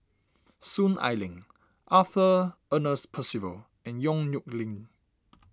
Soon Ai Ling Arthur Ernest Percival and Yong Nyuk Lin